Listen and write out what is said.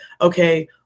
okay